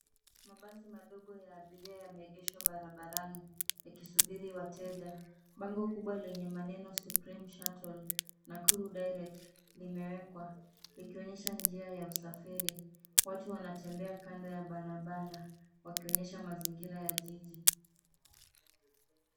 Mabasi madogo ya abiria yameegeshwa barabarani ikisubiri wateja. Bango kubwa lenye maneno Supreme Shuttle Nakuru Direct limewekwa likionyesha njia ya usafiri. Watu wanatembea kando ya barabara wakionyesha mazingira ya jiji.